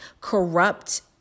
corrupt